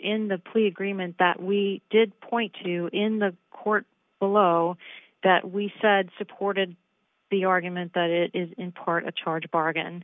in the plea agreement that we did point to in the court below that we said supported the argument that it is in part a charge bargain